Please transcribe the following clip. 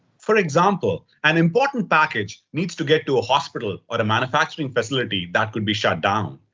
for example, an important package needs to get to a hospital or a manufacturing facility that could be shut down.